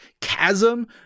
Chasm